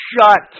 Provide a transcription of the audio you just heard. shut